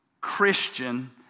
Christian